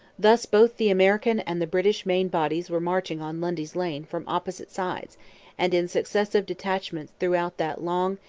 thus both the american and the british main bodies were marching on lundy's lane from opposite sides and in successive detachments throughout that long,